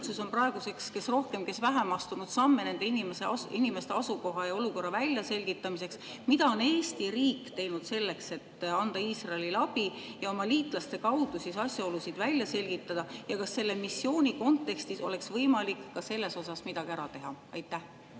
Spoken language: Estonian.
üldsus on praeguseks, kes rohkem, kes vähem, astunud samme nende inimeste asukoha ja olukorra väljaselgitamiseks. Mida on Eesti riik teinud selleks, et anda Iisraelile abi ja oma liitlaste kaudu asjaolusid välja selgitada? Kas selle missiooni kontekstis oleks võimalik ka selles osas midagi ära teha? Aitäh!